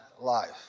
life